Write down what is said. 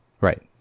Right